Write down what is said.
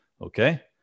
Okay